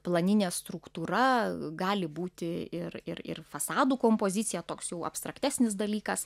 planinė struktūra gali būti ir ir ir fasadų kompozicija toks jau abstraktesnis dalykas